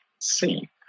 see